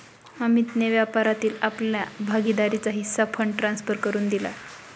अमितने व्यापारातील आपला भागीदारीचा हिस्सा फंड ट्रांसफर करुन दिला